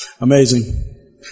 Amazing